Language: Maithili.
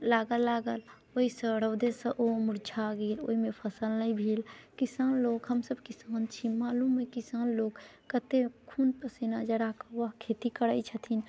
लागऽ लागल ओइसँ रौदेसँ ओ मुरझा गेल ओइमे फसल नहि भेल किसान लोक हमसभ किसान छी मालूम अइ किसान लोक कते खून पसीना जराकऽ वएह खेती करै छथिन